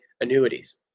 annuities